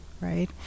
right